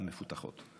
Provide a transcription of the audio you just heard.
המפותחות.